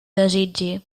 desitgi